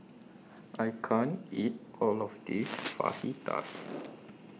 I can't eat All of This